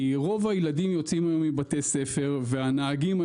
רוב הילדים יוצאים היום מבתי ספר והנהגים,